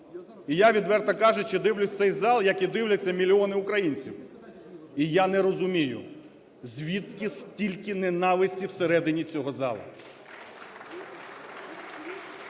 І я, відверто кажучи, дивлюсь в цей зал, як і дивляться мільйони українців, і я не розумію, звідки стільки ненависті всередині цього залу.